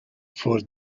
for